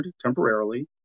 temporarily